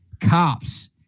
cops